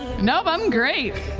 nope, i'm great.